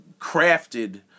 crafted